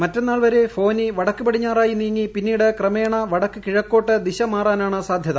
മറ്റെന്നാൾ വരെ ഫോനി വടക്ക് പടിഞ്ഞാറായി നീങ്ങി പിന്നീട് ക്രമേണ വടക്ക് കിഴക്കോട്ട് ദിശ മാറാനാണ് സ്ലാധ്യത്